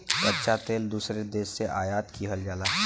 कच्चा तेल दूसरे देश से आयात किहल जाला